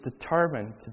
determined